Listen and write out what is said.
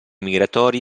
migratori